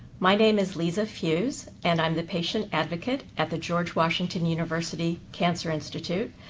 my name is liza fues, and i'm the patient advocate at the george washington university cancer institute,